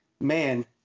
man